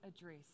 address